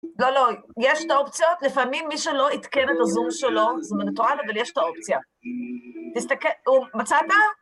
לא, לא, יש את האופציות, לפעמים מי שלא עדכן את הזום שלו, זה מנוטרל, אבל יש את האופציה. תסתכל, מצאת?